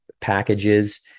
packages